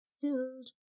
filled